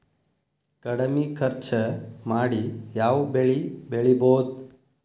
ಕಡಮಿ ಖರ್ಚ ಮಾಡಿ ಯಾವ್ ಬೆಳಿ ಬೆಳಿಬೋದ್?